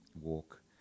walk